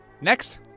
Next